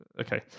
okay